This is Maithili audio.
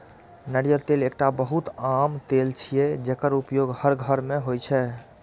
नारियल तेल एकटा बहुत आम तेल छियै, जेकर उपयोग हर घर मे होइ छै